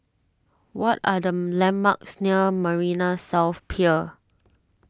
what are the landmarks near Marina South Pier